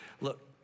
look